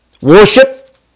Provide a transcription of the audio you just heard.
worship